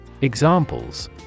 Examples